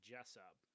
Jessup